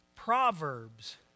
Proverbs